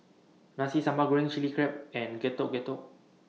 Nasi Sambal Goreng Chili Crab and Getuk Getuk